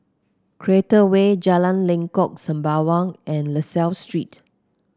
Create Way Jalan Lengkok Sembawang and La Salle Street